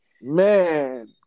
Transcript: man